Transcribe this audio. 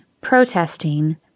protesting